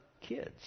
kids